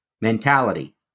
mentality